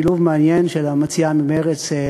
שילוב מעניין של המציעה ממרצ,